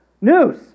news